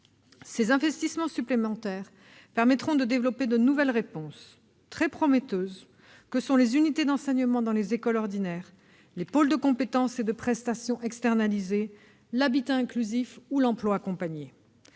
Ces investissements supplémentaires permettront de développer les nouvelles réponses, très prometteuses, que sont les unités d'enseignement dans les écoles ordinaires, les pôles de compétences et de prestations externalisées, l'habitat inclusif ou l'emploi accompagné.